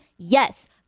Yes